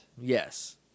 Yes